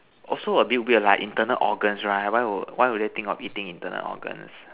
also a bit weird lah internal organ right why would why would they eat internal organs